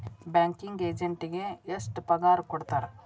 Banking ಎಜೆಂಟಿಗೆ ಎಷ್ಟ್ ಪಗಾರ್ ಕೊಡ್ತಾರ್?